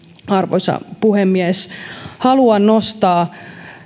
arvoisa puhemies haluan nostaa